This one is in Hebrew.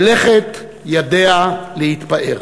מלאכת ידיה להתפאר.